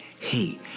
hey